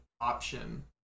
option